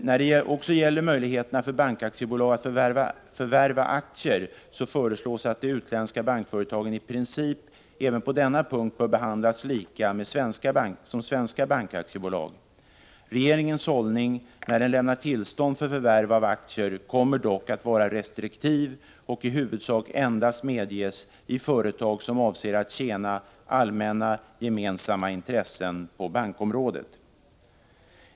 När det gäller möjligheterna för bankaktiebolag att förvärva aktier föreslås att de utländska bankföretagen i princip även på denna punkt bör behandlas lika med svenska bankaktiebolag. Regeringens hållning när den lämnar tillstånd för förvärv av aktier kommer dock fortfarande att vara restriktiv, och tillstånd kommer i huvudsak endast att medges i företag som avser att tjäna allmänna gemensamma intressen på bankområdet.